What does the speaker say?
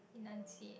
enunciate